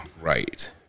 Right